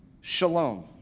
shalom